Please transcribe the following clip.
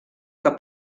que